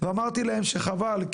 ואמרתי להם שחבל,